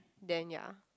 then ya